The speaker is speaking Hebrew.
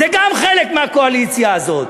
היא גם חלק מהקואליציה הזאת.